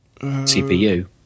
CPU